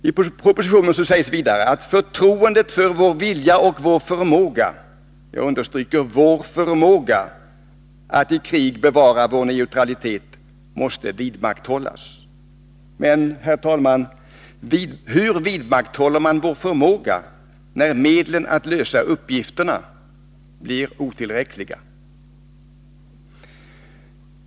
I propositionen sägs vidare att förtroendet för vår vilja och vår förmåga — jag understryker vår förmåga — att i krig bevara vår neutralitet måste vidmakthållas. Men, herr talman, hur vidmakthåller man vår förmåga, när medlen att lösa uppgifterna blir otillräckliga?